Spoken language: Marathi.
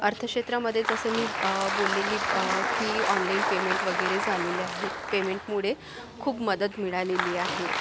अर्थक्षेत्रामध्येच जसं मी बोललेली की ऑनलाइन पेमेंट वगैरे झालेले आहेत पेमेंटमुळे खूप मदत मिळालेली आहे